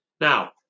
Now